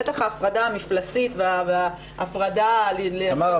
בטח ההפרדה המפלסית וההפרדה --- תמר,